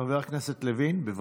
חבר הכנסת לוין, בבקשה.